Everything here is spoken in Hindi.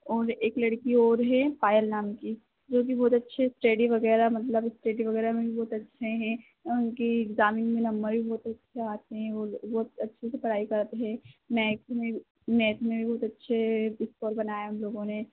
और एक लड़की और है पायल नाम की जोकि बहुत अच्छा स्टेडि वग़ैरह मतलब स्टेडि वग़ैरह में बहुत अच्छे हैं उनकए एक्जाम में नंबर वग़ैरह भी बहुत अच्छे आते हैं वह बहुत अच्छे से पढ़ाई करते हैं मैथ में भी बहुत अच्छे हैं इस्कोर बनाया उन लोगों ने